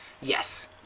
yes